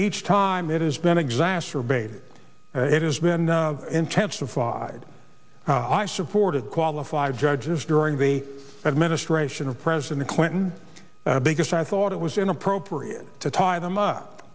each time it has been exacerbated it has been intensified i supported qualified judges during the administration of president clinton because i thought it was inappropriate to tie them up